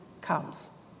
comes